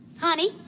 Honey